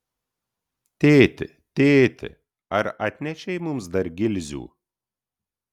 tėti tėti ar atnešei mums dar gilzių